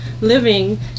living